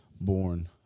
born